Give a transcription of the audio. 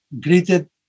greeted